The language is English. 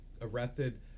arrested